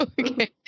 Okay